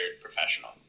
professional